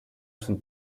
sul